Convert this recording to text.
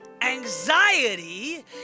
Anxiety